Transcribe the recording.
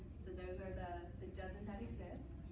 so those are the the dozen that exist.